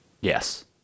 Yes